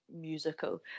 musical